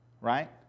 right